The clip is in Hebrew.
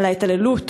על ההתעללות,